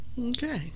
Okay